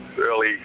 early